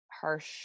harsh